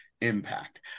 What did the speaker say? impact